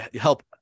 help